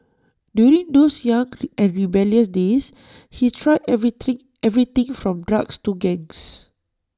during those young and rebellious days he tried everything everything from drugs to gangs